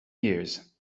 years